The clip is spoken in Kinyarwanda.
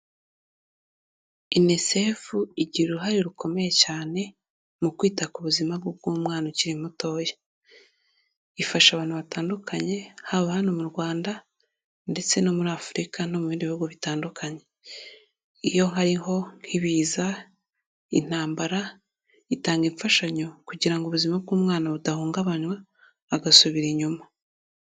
UNICEF igira uruhare rukomeye cyane mu kwita ku buzima bw'umwana ukiri mutoya. Ifasha abantu batandukanye, haba hano mu Rwanda ndetse no muri Afurika no mu bindi bihugu bitandukanye. Iyo hariho nk'ibiza, intambara, itanga imfashanyo kugira ngo ubuzima bw'umwana budahungabanywa, agasubira inyuma.